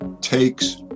takes